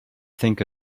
think